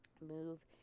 move